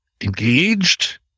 engaged